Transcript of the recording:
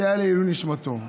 זה לעילוי נשמתו.